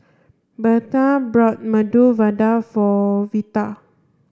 Bertha bought Medu Vada for Veta